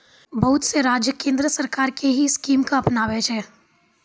बहुत से राज्य केन्द्र सरकार के ही स्कीम के अपनाबै छै